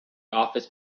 office